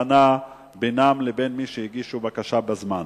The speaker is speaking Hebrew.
הבחנה בינם לבין מי שהגישו בקשה בזמן.